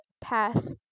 pass